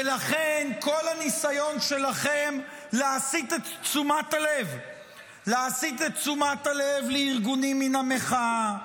ולכן כל הניסיון שלכם להסיט את תשומת הלב לארגונים מן המחאה,